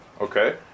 Okay